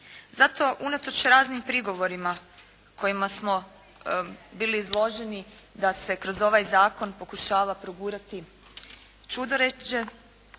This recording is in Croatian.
Zato unatoč raznim prigovorima kojima smo bili izloženi da se kroz ovaj zakon pokušava progurati ćudoređe